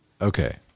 Okay